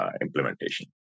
implementation